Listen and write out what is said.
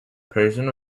persian